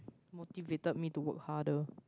motivated me to work harder